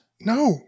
No